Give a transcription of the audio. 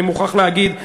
אני מוכרח להגיד,